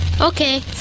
Okay